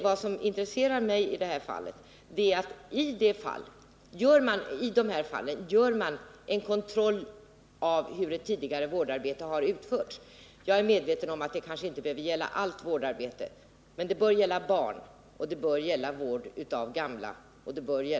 Vad som intresserar mig är: Gör man i sådana här fall en kontroll av hur tidigare vårdarbete utförts? Jag är medveten om att detta kanske inte behöver gälla allt vårdarbete. Men det bör gälla vård av barn och vård av gamla och sjuka.